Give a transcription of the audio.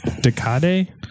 Decade